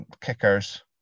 kickers